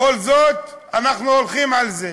בכל זאת אנחנו הולכים על זה.